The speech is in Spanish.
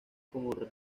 como